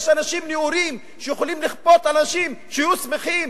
יש אנשים נאורים שיכולים לכפות על אנשים שיהיו שמחים